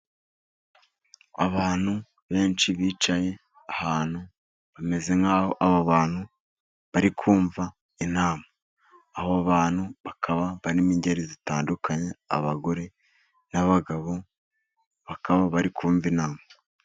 Abantu benshi bicaye ahantu, bameze nk'aho abo bantu bari kumva inama. Aho bantu bakaba barimo ingeri zitandukanye, abagore n'abagabo, bari ku inama.